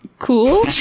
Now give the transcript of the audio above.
Cool